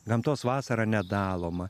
gamtos vasarą nedaloma